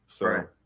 Right